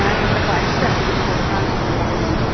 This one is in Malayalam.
ഞാൻ ഇച്ചിരി പൈസ ആ പുള്ളിക്ക് കൊടുക്കാനുണ്ടെന്നും പറഞ്ഞുകൊണ്ട്